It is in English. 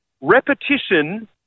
repetition